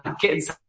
kids